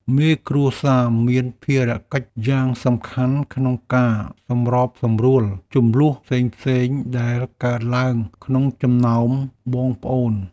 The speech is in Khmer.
មេគ្រួសារមានភារកិច្ចយ៉ាងសំខាន់ក្នុងការសម្របសម្រួលជម្លោះផ្សេងៗដែលកើតឡើងក្នុងចំណោមបងប្អូន។